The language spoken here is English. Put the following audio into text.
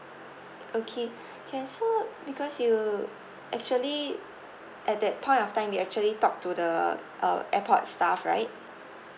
okay can so because you actually at that point of time you actually talked to the uh airport staff right